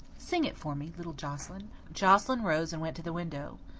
sing it for me, little joscelyn. joscelyn rose and went to the window.